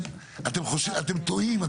אתם טועים,